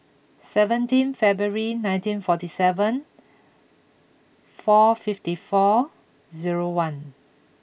seventeen February nineteen forty seven four fifty four zero one